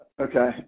Okay